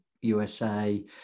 usa